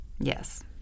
Yes